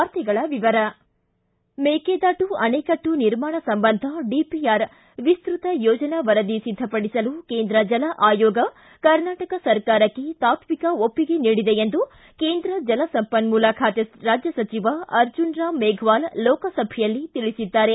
ವಾರ್ತೆಗಳ ವಿವರ ಮೇಕೆದಾಟು ಅಣೆಕಟ್ನು ನಿರ್ಮಾಣ ಸಂಬಂಧ ಡಿಪಿಆರ್ ವಿಸ್ತ್ರತ ಯೋಜನಾ ವರದಿ ಸಿದ್ಧಪಡಿಸಲು ಕೇಂದ್ರ ಜಲ ಆಯೋಗ ಕರ್ನಾಟಕ ಸರಕಾರಕ್ಕೆ ತಾತ್ವಿಕ ಒಪ್ಪಿಗೆ ನೀಡಿದೆ ಎಂದು ಕೇಂದ್ರ ಜಲಸಂಪನ್ಮೂಲ ಖಾತೆ ರಾಜ್ಯ ಸಚಿವ ಅರ್ಜುನ್ ರಾಮ್ ಮೇಘವಾಲ್ ಲೋಕಸಭೆಯಲ್ಲಿ ತಿಳಿಸಿದ್ದಾರೆ